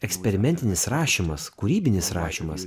eksperimentinis rašymas kūrybinis rašymas